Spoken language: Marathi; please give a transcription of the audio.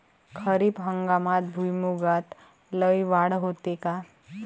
खरीप हंगामात भुईमूगात लई वाढ होते का?